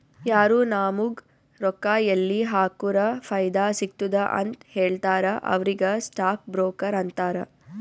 ಯಾರು ನಾಮುಗ್ ರೊಕ್ಕಾ ಎಲ್ಲಿ ಹಾಕುರ ಫೈದಾ ಸಿಗ್ತುದ ಅಂತ್ ಹೇಳ್ತಾರ ಅವ್ರಿಗ ಸ್ಟಾಕ್ ಬ್ರೋಕರ್ ಅಂತಾರ